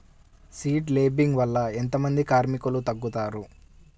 Seed లేంబింగ్ వల్ల ఎంత మంది కార్మికులు తగ్గుతారు?